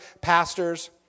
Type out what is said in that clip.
pastors